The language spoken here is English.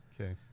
Okay